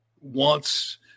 wants